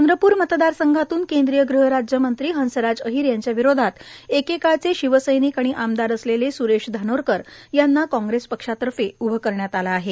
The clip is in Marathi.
चंद्रपूर मतदारसंघातून केंद्रीय गृहराज्यमंत्री हंसराज अहिर यांच्या विरोधात एके काळचे शिवसैनिक आणि आमदार असलेले स्रेश धानोरकर यांना कांग्रेस पक्षातर्फे उभं आहेत